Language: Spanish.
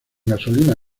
gasolina